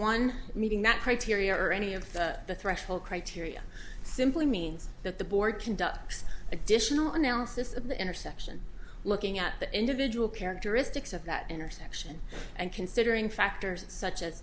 one meeting that criteria or any of the threshold criteria simply means that the board conducts additional analysis of the intersection looking at the individual characteristics of that intersection and considering factors such a